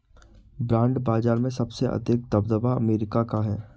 bond बाजार में सबसे अधिक दबदबा अमेरिका का है